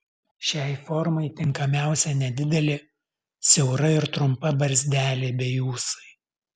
šiai formai tinkamiausia nedidelė siaura ir trumpa barzdelė bei ūsai